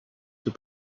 have